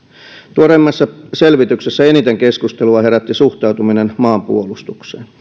tuoreimmassa selvityksessä eniten keskustelua herätti suhtautuminen maanpuolustukseen